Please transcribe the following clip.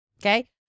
okay